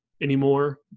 anymore